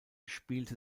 spielte